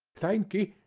thank'ee!